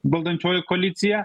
valdančioji koalicija